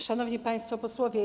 Szanowni Państwo Posłowie!